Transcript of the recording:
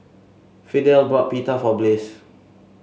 Fidel bought Pita for Bliss